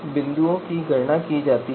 तो इसे column side से जोड़ा जा रहा है